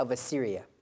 Assyria